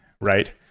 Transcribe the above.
right